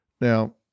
Now